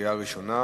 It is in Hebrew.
בקריאה ראשונה.